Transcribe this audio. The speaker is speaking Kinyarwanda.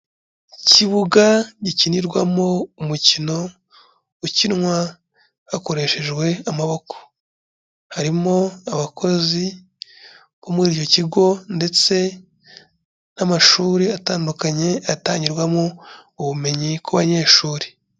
Ikibuga gikinirwamo umukino ukinwa hakoreshejwe amaboko, harimo abakozi bo muri icyo kigo ndetse n'amashuri atandukanye atangirwamo ubumenyi ku banyeshuri.